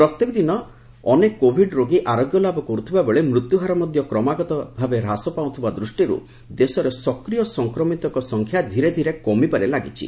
ପ୍ରତ୍ୟେକ ଦିନ ଅନେକ କୋଭିଡ୍ ରୋଗୀ ଆରୋଗ୍ୟ ଲାଭ କରୁଥିବା ବେଳେ ମୃତ୍ୟୁ ହାର ମଧ୍ୟ କ୍ରମାଗତ ଭାବେ ହ୍ରାସ ପାଉଥିବା ଦୂଷ୍ଟିରୁ ଦେଶରେ ସକ୍ରିୟ ସଂକ୍ରମିତଙ୍କ ସଂଖ୍ୟା ଧୀରେ ଧୀରେ କମିବାରେ ଲାଗିଛି